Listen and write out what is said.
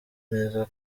neza